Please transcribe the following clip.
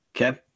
Okay